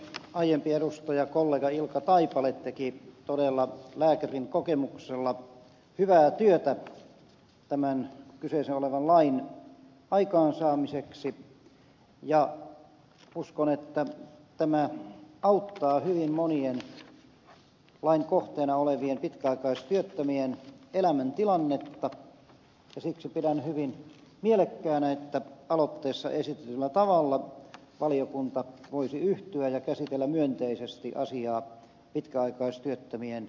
aiempi edustajakollega ilkka taipale teki todella lääkärin kokemuksella hyvää työtä tämän kyseessä olevan lain aikaansaamiseksi ja uskon että tämä auttaa hyvin monien lain kohteena olevien pitkäaikaistyöttömien elämäntilannetta ja siksi pidän hyvin mielekkäänä että aloitteessa esitetyllä tavalla valiokunta voisi yhtyä ja käsitellä myönteisesti asiaa pitkäaikaistyöttömien parhaaksi